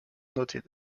noted